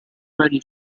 varie